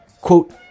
Quote